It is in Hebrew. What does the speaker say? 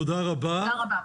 תודה רבה.